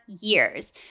years